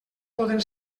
poden